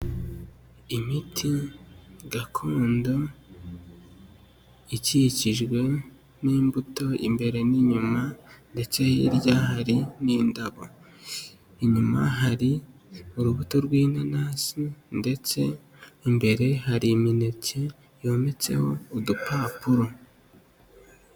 Imiti gakondo ikikijwe n'imbuto imbere n'inyuma ndetse hirya hari n'indabo. Inyuma hari urubuto rw'inanasi ndetse imbere hari imineke yometseho udupapuro.